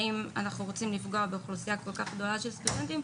האם אנחנו צריכים לפגוע באוכלוסייה כל כך גדולה של סטודנטים,